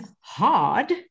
hard